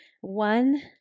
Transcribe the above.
one